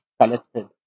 collected